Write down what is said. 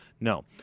No